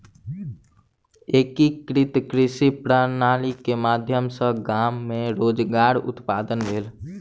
एकीकृत कृषि प्रणाली के माध्यम सॅ गाम मे रोजगार उत्पादन भेल